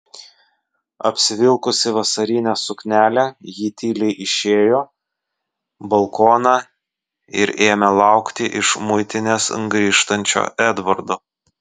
apsivilkusi vasarinę suknelę ji tyliai išėjo balkoną ir ėmė laukti iš muitinės grįžtančio edvardo